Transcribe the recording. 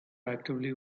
actively